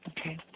Okay